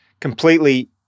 completely